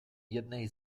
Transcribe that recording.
jednej